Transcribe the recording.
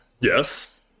Yes